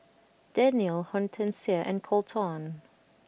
Daniella Hortencia and Colton